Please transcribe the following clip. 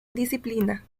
disciplina